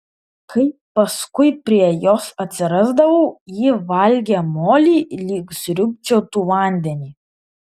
kai paskui prie jos atsirasdavau ji valgė molį lyg sriūbčiotų vandenį